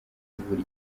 kuvura